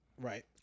Right